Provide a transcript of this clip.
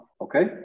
Okay